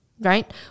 Right